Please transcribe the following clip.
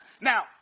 Now